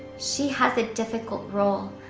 she has a difficult role,